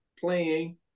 Playing